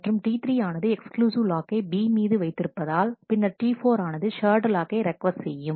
மற்றும் T3 ஆனது exclusive லாக்கை B மீது வைத்திருப்பதால் பின்னர் T4 ஆனது ஷேர்டு லாக்கை ரெக்கோஸ்ட் செய்யும்